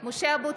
(קוראת בשמות חברי הכנסת) משה אבוטבול,